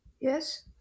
yes